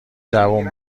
دووم